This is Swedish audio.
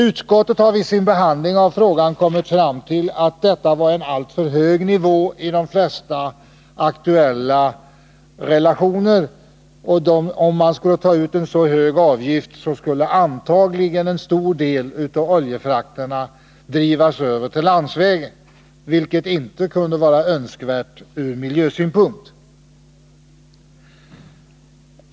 Utskottet har vid sin behandling av frågan kommit fram till att detta är en alltför hög nivå i de flesta aktuella relationerna. Om man tog ut en så hög avgift skulle antagligen en stor del av oljefrakterna drivas över till landsvägen, vilket inte är önskvärt ur miljösynpunkt.